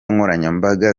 nkoranyambaga